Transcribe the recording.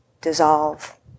Dissolve